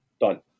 done